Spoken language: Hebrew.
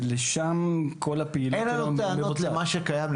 ולשם כל הפעילות שלנו --- אין לנו טענות למה שקיים,